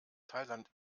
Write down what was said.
thailand